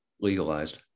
legalized